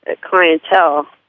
clientele